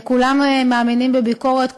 כולם מאמינים בביקורת,